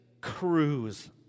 cruise